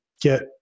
get